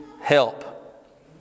help